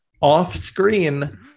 off-screen